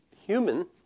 human